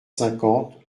cinquante